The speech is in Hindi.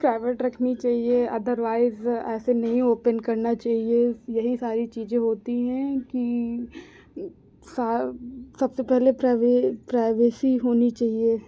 प्राइवेट रखनी चाहिए अदर वाइस ऐसे नहीं ओपन करना चाहिए यही सारी चीज़ें होती हैं कि सबसे पहले प्राइवेसी होनी चाहिए